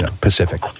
Pacific